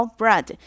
bread